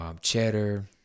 Cheddar